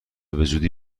بزودی